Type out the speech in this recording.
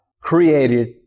created